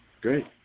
great